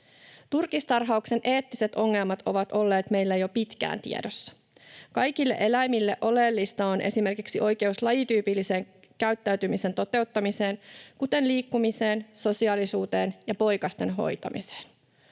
Turkistarhauksen eettiset ongelmat ovat olleet meillä jo pitkään tiedossa. Kaikille eläimille oleellista on esimerkiksi oikeus lajityypillisen käyttäytymisen toteuttamiseen, kuten liikkumiseen, sosiaalisuuteen ja poikasten hoitamiseen.